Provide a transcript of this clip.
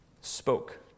spoke